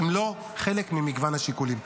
הן לא חלק ממגוון השיקולים,